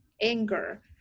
anger